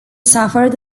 suffered